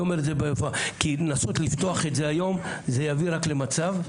כי לנסות לפתוח את זה היום זה יביא רק למצב,